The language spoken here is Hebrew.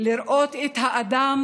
לראות את האדם